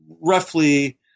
roughly